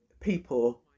people